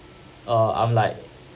uh I'm like